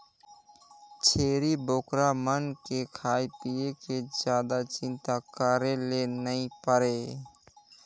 छेरी बोकरा मन के खाए पिए के जादा चिंता करे ले नइ परे